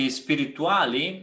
spirituali